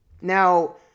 Now